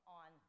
on